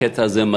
בקטע הזה,